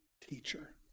teacher